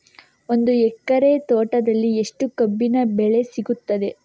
ಒಂದು ಎಕರೆ ತೋಟದಲ್ಲಿ ಎಷ್ಟು ಕಬ್ಬಿನ ಬೆಳೆ ಸಿಗುತ್ತದೆ?